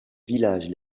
villages